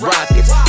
Rockets